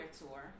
Tour